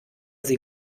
sie